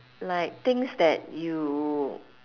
like things that you